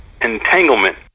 entanglement